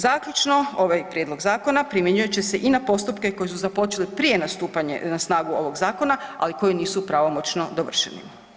Zaključno, ovaj prijedlog zakona primjenjivat će se i na postupke koji su započeli prije nastupanja na snagu ovog zakona, ali koji nisu pravomoćno dovršeni.